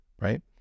right